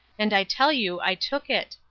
and i tell you i took it.